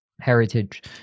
Heritage